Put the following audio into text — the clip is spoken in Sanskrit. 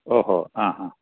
ओ हो आ हा